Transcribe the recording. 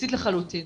בסיסית לחלוטין.